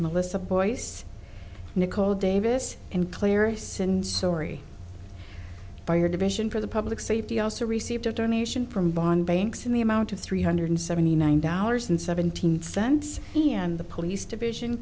melissa boyce nicole davis and clearest since story by your division for the public safety also received a donation from bond banks in the amount of three hundred seventy nine dollars and seventeen cents and the police division